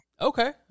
Okay